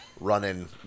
running